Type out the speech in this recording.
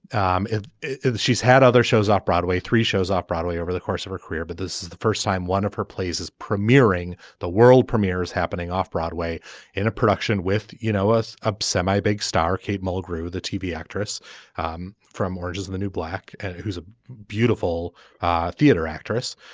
um if she's had other shows off broadway three shows off broadway over the course of her career. but this is the first time one of her plays is premiering the world premiere is happening off broadway in a production with you know us a semi big star kate mulgrew the tv actress um from origins is the new black who's a beautiful theater actress.